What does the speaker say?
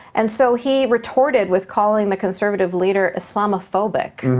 and so he retorted with calling the conservative leader islamophobic,